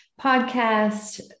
podcast